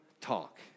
talk